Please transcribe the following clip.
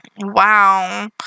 Wow